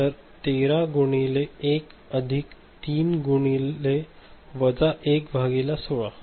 तर 13 गुणिले 1 अधिक 3 गुणिले वजा 1 भागिले 16